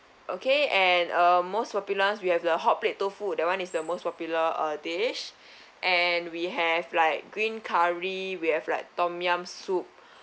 okay and uh most popular we have the hot plate tofu that one is the most popular uh dish and we have like green curry we have like tom yum soup